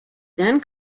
then